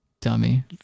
Dummy